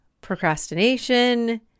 procrastination